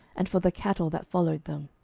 and for the cattle that followed them.